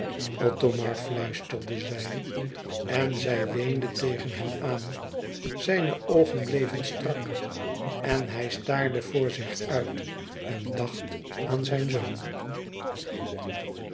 othomar fluisterde zij en zij weende tegen hem aan zijne oogen bleven strak en hij staarde voor zich uit en dacht aan zijn zoon